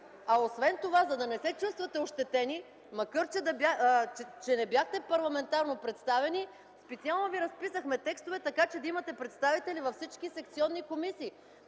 Освен това за да не се чувствате ощетени, макар че не бяхте парламентарно представени, специално ви разписахме текстове, така че да имате представители във всички секционни комисии.